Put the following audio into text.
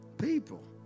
People